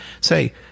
say